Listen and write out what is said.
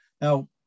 now